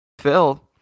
Phil